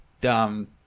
dumb